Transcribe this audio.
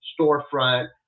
storefront